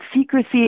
secrecy